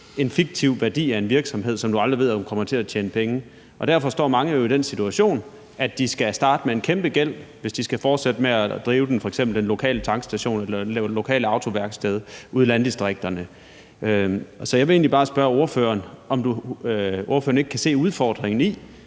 en fiktiv værdi af en virksomhed, som du aldrig ved om kommer til at tjene penge. Derfor står mange jo i den situation, at de skal starte med en kæmpe gæld, hvis de skal fortsætte med at drive f.eks. den lokale tankstation eller det lokale autoværksted ude i landdistrikterne. Så jeg vil egentlig bare spørge ordføreren, om ordføreren ikke kan se udfordringen i,